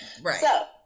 Right